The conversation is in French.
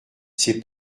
ces